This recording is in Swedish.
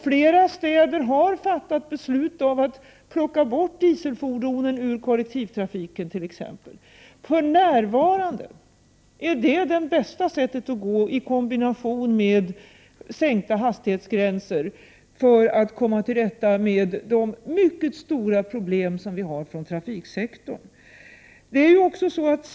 Flera städer har fattat beslut om att plocka bort dieselfordonen ur exempelvis kollektivtrafiken. För närvarande är detta — i kombination med en sänkning av hastighetsgränserna — det bästa tillvägagångssättet för att komma till rätta med de mycket stora problem som trafiksektorn ger upphov till.